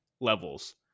levels